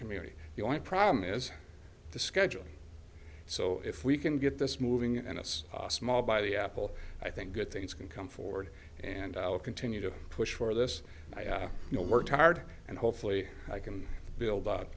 community the only problem is the schedule so if we can get this moving and it's small by the apple i think good things can come forward and i'll continue to push for this you know worked hard and hopefully i can build